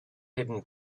hidden